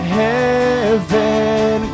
heaven